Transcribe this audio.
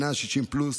בני השישים פלוס,